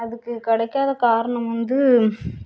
அதுக்கு கிடைக்காத காரணம் வந்து